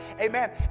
Amen